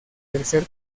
tercer